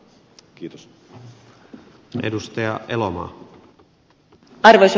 arvoisa puhemies